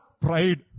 pride